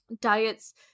diets